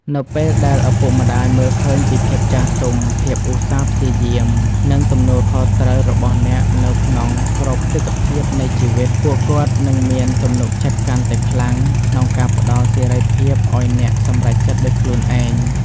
នៅពេលដែលឪពុកម្ដាយមើលឃើញពី ភាពចាស់ទុំ ភាពឧស្សាហ៍ព្យាយាម និងទំនួលខុសត្រូវ របស់អ្នកនៅក្នុងគ្រប់ទិដ្ឋភាពនៃជីវិត ពួកគាត់នឹងមាន ទំនុកចិត្តកាន់តែខ្លាំង ក្នុងការផ្ដល់សេរីភាពឲ្យអ្នកសម្រេចចិត្តដោយខ្លួនឯង។